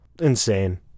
insane